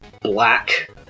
black